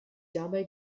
dabei